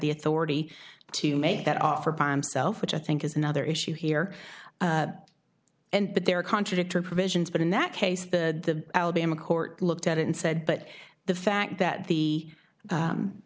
the authority to make that offer prime self which i think is another issue here and but there are contradictory provisions but in that case the alabama court looked at it and said but the fact that the